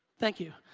thank you.